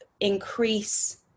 increase